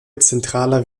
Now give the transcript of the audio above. zentraler